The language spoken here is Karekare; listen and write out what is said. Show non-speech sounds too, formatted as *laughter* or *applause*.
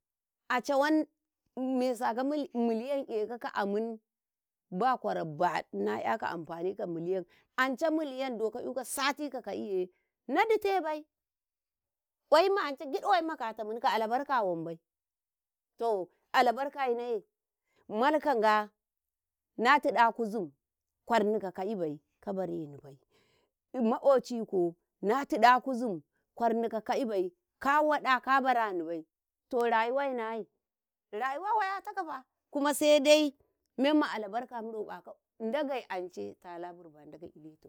﻿Aa cawan masaka mil, *hesitation* miliyam ekaka ammin baƙwaro baɗu na'yaka amfanika milliyam, ance milliyam doh ka'yuka sati ka ka'iye naditebai ƙwayin ma ance gid ƙwayin ma kata manaka albarka wumbai toh albarka yinaei mani kanga na tiɗa kuzim ƙwarni ka kaibai kabarenibai maƙociko na tiɗa kuzim ƙwarni ka kaibai ka waɗa kabarini bai, to rayuwai naye, rayuwa wayatakafa, kuma saidai menma albarka muroƃaka *hesitation* Ndagei ance tala birba, Ndagei iletu.